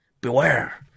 Beware